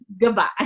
goodbye